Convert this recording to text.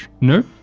No